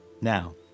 Now